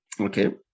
Okay